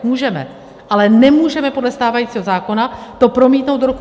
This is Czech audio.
Můžeme, ale nemůžeme podle stávajícího zákona to promítnout do roku 2021.